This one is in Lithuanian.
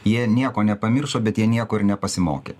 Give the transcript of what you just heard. jie nieko nepamiršo bet jie nieko ir nepasimokė